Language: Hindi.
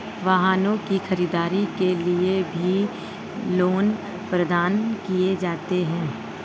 वाहनों की खरीददारी के लिये भी लोन प्रदान किये जाते हैं